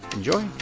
enjoy